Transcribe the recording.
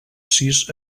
sis